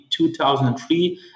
2003